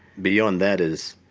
beyond that is